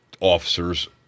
officers